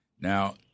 Now